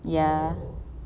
ya